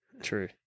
true